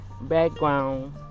background